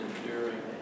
enduring